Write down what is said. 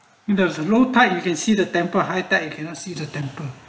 a low tide you can see the temper high attack you cannot see the temple